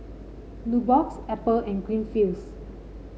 Nubox Apple and Greenfields